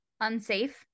unsafe